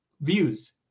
views